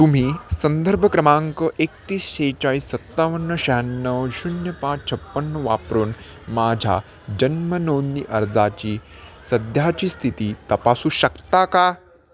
तुम्ही संदर्भ क्रमांक एकतीस सेहेचाळीस सत्तावन्न शहाण्णव शून्य पाच छप्पन्न वापरून माझ्या जन्मनोंदणी अर्जाची सध्याची स्थिती तपासू शकता का